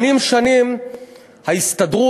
שנים שנים ההסתדרות